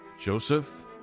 Joseph